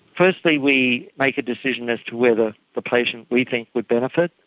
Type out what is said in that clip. firstly we make a decision as to whether the patient we think would benefit,